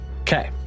Okay